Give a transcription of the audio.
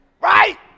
Right